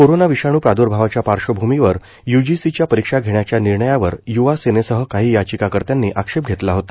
corona विषाणू प्रादुर्भावाच्या पार्श्वभूमीवर यूजीसीच्या परीक्षा घेण्याच्या निर्णयावर यूवा सेनेसह काही याचिकाकर्त्यांनी आक्षेप घेतला होता